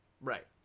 Right